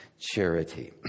charity